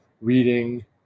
reading